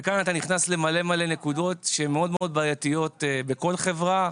וכאן אתה נכנס למלא מלא נקודות שהן מאוד מאוד בעייתיות בכל חברה,